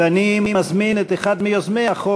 אני מזמין את אחד מיוזמי החוק,